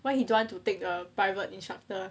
why he don't want to take a private instructor